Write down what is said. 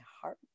heart